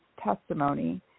testimony